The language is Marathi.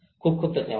खूप खूप धन्यवाद